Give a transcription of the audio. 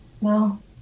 no